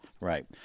Right